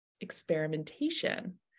experimentation